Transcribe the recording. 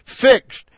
fixed